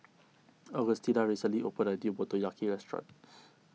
Augustina recently opened a new Motoyaki restaurant